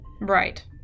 Right